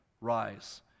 rise